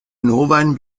novajn